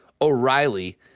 O'Reilly